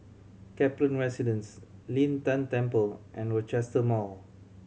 Kaplan Residence Lin Tan Temple and Rochester Mall